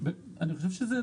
חושב שזה,